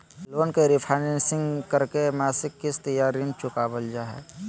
loan के refinancing करके मासिक किस्त या ऋण चुकावल जा हय